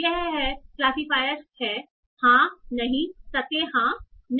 यह है क्लासिफायरियर है हाँ नहीं सत्य हाँ नहीं